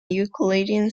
euclidean